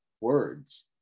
words